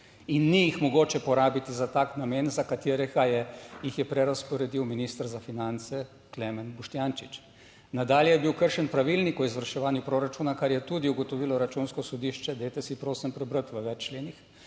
in ni jih mogoče porabiti za tak namen, za katerega je, jih je prerazporedil minister za finance, Klemen Boštjančič. Nadalje je bil kršen pravilnik o izvrševanju proračuna, kar je tudi ugotovilo Računsko sodišče, dajte si prosim prebrati v več členih,